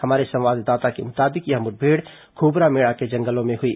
हमारे संवाददाता के मुताबिक यह मुठभेड़ खोबरामेंडा के जंगलों में हुई